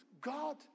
God